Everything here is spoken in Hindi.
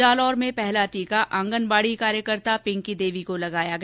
जालौर में पहला टीका आंगनबाडी कार्यकर्ता पिंकी देवी को लगाया गया